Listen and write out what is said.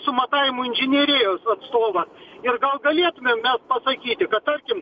su matavimo inžinierijos atstovą ir gal galėtumėm paprašyti kad tarkim